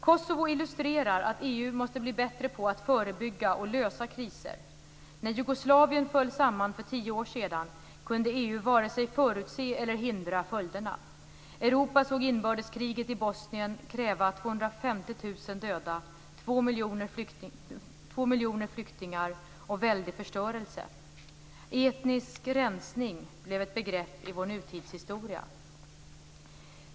Kosovo illustrerar att EU måste bli bättre på att förebygga och lösa kriser. När Jugoslavien föll samman för tio år sedan kunde EU vare sig förutse eller hindra följderna. Europa såg inbördeskriget i Bosnien kräva 250 000 döda, 2 miljoner flyktingar och väldig förstörelse. Etnisk rensning blev ett begrepp i vår nutidshistoria.